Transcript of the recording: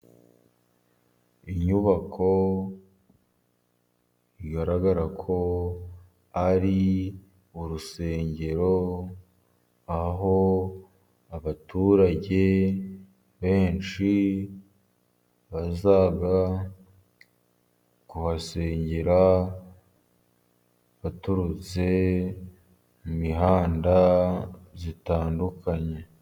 Inyubako igaragara ko ari urusengero, aho abaturage benshi baza kuhasengera baturutse mu mihanda itandukanye.